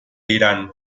irán